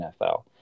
NFL